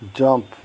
jump